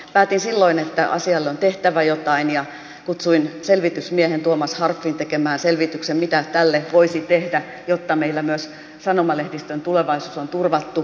päätin silloin että asialle on tehtävä jotain ja kutsuin selvitysmiehen tuomas harpfin tekemään selvityksen mitä tälle voisi tehdä jotta meillä myös sanomalehdistön tulevaisuus on turvattu